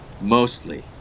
Mostly